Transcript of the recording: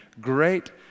great